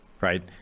right